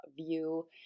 view